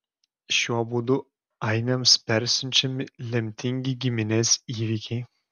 šiuo būdu ainiams persiunčiami lemtingi giminės įvykiai